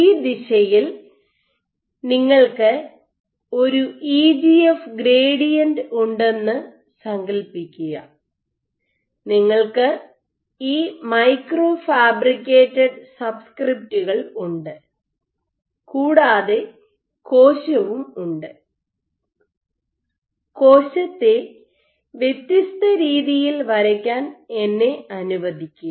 ഈ ദിശയിൽ നിങ്ങൾക്ക് ഒരു ഇ ജിഎഫ് ഗ്രേഡിയൻ്റ ഉണ്ടെന്ന് സങ്കൽപ്പിക്കുക നിങ്ങൾക്ക് ഈ മൈക്രോ ഫാബ്രിക്കേറ്റഡ് സബ്സ്ക്രിപ്റ്റുകൾ ഉണ്ട് കൂടാതെ കോശവും ഉണ്ട് കോശത്തെ വ്യത്യസ്ത രീതിയിൽ വരയ്ക്കാൻ എന്നെ അനുവദിക്കുക